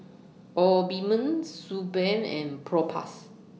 Obimin Suu Balm and Propass